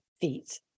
feet